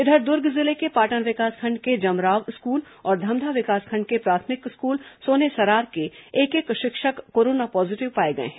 इधर दुर्ग जिले के पाटन विकासखंड के जमराव स्कूल और धमधा विकासखंड के प्राथमिक स्कूल सोनेसरार के एक एक शिक्षक कोरोना पॉजीटिव पाए गए हैं